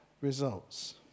results